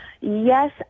Yes